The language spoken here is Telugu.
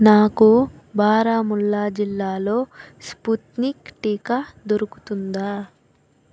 నాకు బారాముల్లా జిల్లాలో స్పుత్నిక్ టీకా దొరుకుతుందా